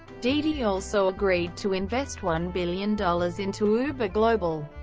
didi also agreed to invest one billion dollars into uber global.